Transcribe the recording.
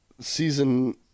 Season